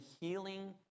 healing